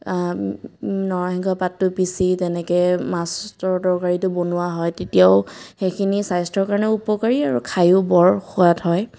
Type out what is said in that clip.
নৰসিংহ পাতটো পিচি তেনেকৈ মাছৰ তৰকাৰিটো বনোৱা হয় তেতিয়াও সেইখিনি স্বাস্থ্যৰ কাৰণেও উপকাৰী আৰু খায়ো বৰ সোৱাদ হয়